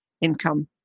income